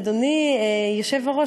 אדוני היושב-ראש,